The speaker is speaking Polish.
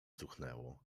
cuchnęło